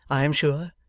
i am sure.